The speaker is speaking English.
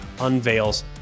unveils